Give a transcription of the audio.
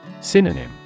Synonym